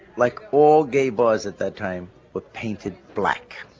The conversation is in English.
like all gay bars at that time were painted black,